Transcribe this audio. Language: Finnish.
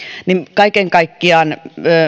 kaiken kaikkiaan